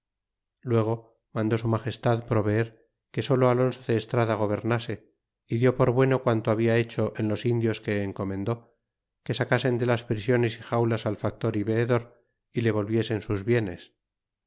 luego mandó su magestad proveer que solo alonso de estrada gobernase y dió por bueno quanto habia hecho y en los indios que encomendó que sacasen de las prisiones y xaulas al factor y veedor y le volviesen sus bienes